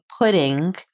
pudding